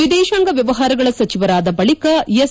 ವಿದೇಶಾಂಗ ವ್ಯವಹಾರಗಳ ಸಚಿವರಾದ ಬಳಿಕ ಎಸ್